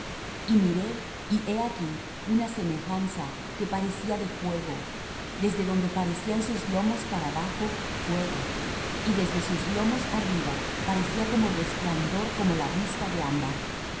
y miré y he aquí una semejanza que parecía de fuego desde donde parecían sus lomos para abajo fuego y desde sus lomos arriba parecía como resplandor como la vista de ámbar